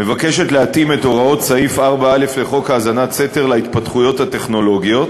מבקשת להתאים את הוראות סעיף 4א לחוק האזנת סתר להתפתחויות הטכנולוגיות,